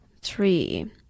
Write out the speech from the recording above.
three